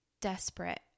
desperate